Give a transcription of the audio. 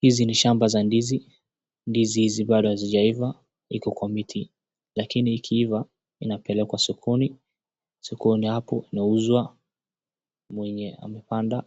Hizi ni shamba za ndizi, ndizi hizi bado hazijaiva, ziko kwa miti, lakini ikiiva inapelekwa sokoni, sokoni hapo inauzwa, mwenye kupanda